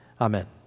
Amen